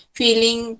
feeling